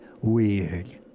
weird